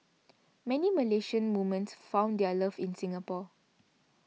many Malaysian women found their love in Singapore